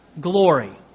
glory